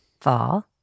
Fall